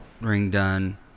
ring-done